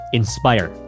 inspire